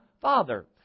Father